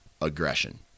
aggression